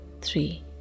three